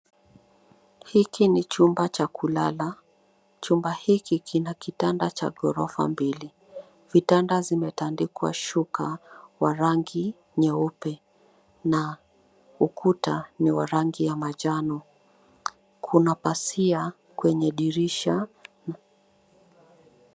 Hiki ni chumba cha kulala, chumba hiki kina kitanda cha ghorofa mbili. Vitanda vimetandikwa shuka wa rangi nyeupe na ukuta ni wa rangi ya manjano. Kuna pazia kwenye dirisha.